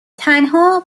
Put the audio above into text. تنها